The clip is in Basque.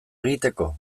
egiteko